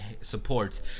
supports